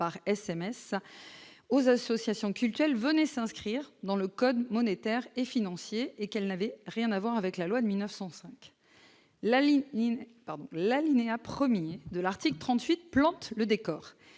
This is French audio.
par SMS aux associations cultuelles venaient s'inscrire dans le code monétaire et financier et qu'elle n'avait rien à voir avec la loi de 1905 la ligne ni l'un, et a promis de l'article 38 plante le décor